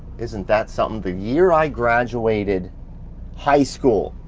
isn't that something? the year i graduated high school,